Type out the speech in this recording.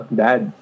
dad